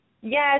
Yes